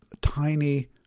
tiny